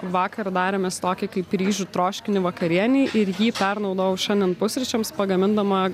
vakar darėmes tokį kaip ryžių troškinį vakarienei ir jį pernaudojau šiandien pusryčiams pagamindama